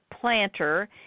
Planter